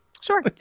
Sure